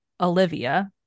Olivia